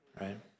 right